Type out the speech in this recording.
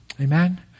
Amen